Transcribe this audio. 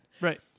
Right